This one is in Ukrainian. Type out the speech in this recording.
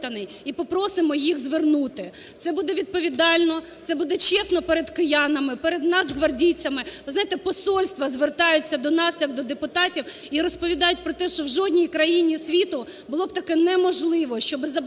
і попросимо їх звернути. Це буде відповідально, це буде чесно перед киянами, перед нацгвардійцями. Ви знаєте, посольства звертаються до нас як до депутатів і розповідають про те, що в жодній країні світу було б таке неможливе, щоби заблокувати